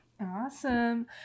awesome